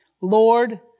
Lord